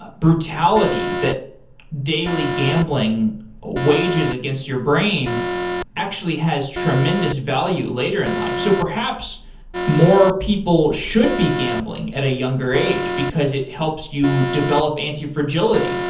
ah brutality that daily gambling wages against your brain actually has tremendous value later in life so perhaps more people should be gambling at a younger age because it helps you develop antifragility.